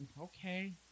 okay